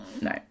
No